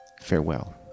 Farewell